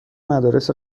مدارس